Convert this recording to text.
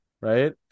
Right